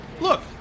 Look